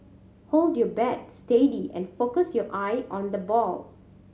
hold your bat steady and focus your eye on the ball